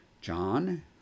John